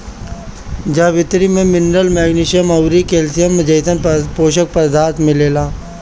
जावित्री में minerals, magnesium अउरी कैल्शियम जइसन पोषक पदार्थ मिलेला